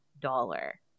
dollar